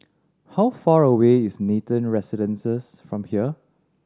how far away is Nathan Residences from here